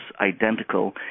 identical